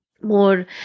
more